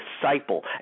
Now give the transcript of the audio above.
disciple